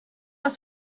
ist